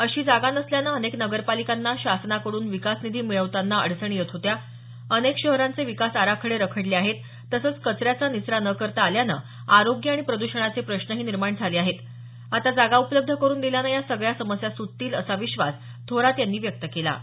अशी जागा नसल्यानं अनेक नगरपालिकांना शासनाकडून विकास निधी मिळवताना अडचणी येत होत्या अनेक शहरांचे विकास आराखडे रखडले आहेत तसंच कचऱ्याचा निचरा न करता आल्यानं आरोग्य आणि प्रद्षणाचे प्रश्नही निर्माण झाले आहेत आता जागा उपलब्ध करून दिल्यानं या सगळ्या समस्या सुटतील असा विश्वास थोरात यांनी व्यक्त केला आहे